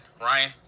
Ryan